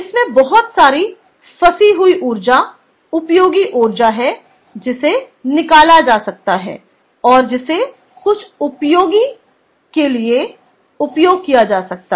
इसमें बहुत सारी फंसी हुई ऊर्जा उपयोगी ऊर्जा है जिसे निकाला जा सकता है और जिसे कुछ उपयोगी के लिए उपयोग किया जा सकता है